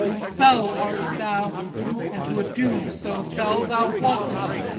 fell art thou and to a doom so fell thou walkest,